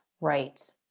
Right